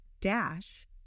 dash